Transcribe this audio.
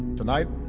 tonight,